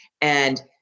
And-